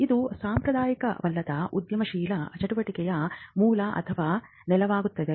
ಇದು ಸಾಂಪ್ರದಾಯಿಕವಲ್ಲದ ಉದ್ಯಮಶೀಲ ಚಟುವಟಿಕೆಯ ಮೂಲ ಅಥವಾ ನೆಲವಾಗುತ್ತಿದೆ